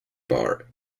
bar